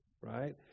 right